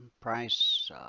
Price